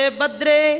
badre